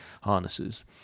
harnesses